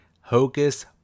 Hocus